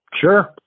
Sure